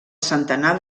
centenar